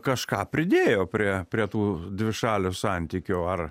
kažką pridėjo prie prie tų dvišalių santykių ar